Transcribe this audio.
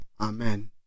Amen